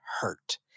hurt